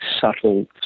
subtle